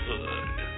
Hood